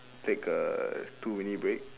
take a two minute break